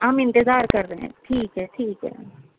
ہم انتظار کر رہے ہیں ٹھیک ہے ٹھیک ہے